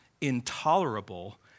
intolerable